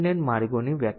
કે આપણે ખાતરી કરવી પડશે